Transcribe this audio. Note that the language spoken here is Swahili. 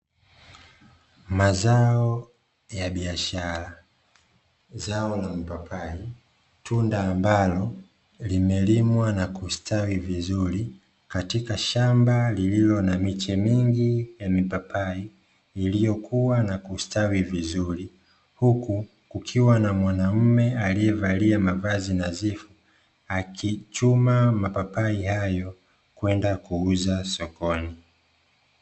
Mazao ya biashara, zao la mpapai tunda ambalo limelimwa na kustawi vizuri katika shamba lililo na miche mingi ya mipapai iliyokuwa na kustawi vizuri, huku kukiwa na mwanaume aliyevalia mavazi nadhifu akichuma mapapai hayo kwenda kuuza sokoni.